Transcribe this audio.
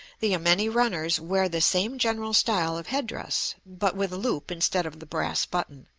the yameni-runners wear the same general style of head-dress, but with a loop instead of the brass button.